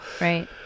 Right